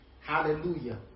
Hallelujah